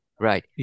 right